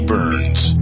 Burns